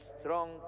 strong